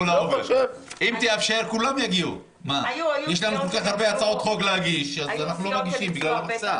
יש כל כך הרבה הצעות חוק להגיש ולא מגישים בגלל המכסה.